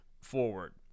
forward